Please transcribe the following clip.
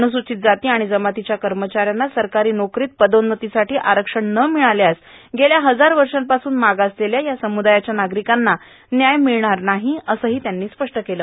अबुसूचित जाती आणि जमातीच्या कर्मचाऱ्यांना सरकारी नोकरीत पदोन्जतीसाठी आरक्षण न मिळाल्यास गेल्या हजार वर्षापासून मागासलेल्या या समुदायाच्या नागरिकांना न्याय मिळणार नाही असंही त्यांनी स्पष्ट केलं